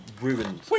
ruined